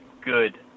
good